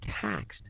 taxed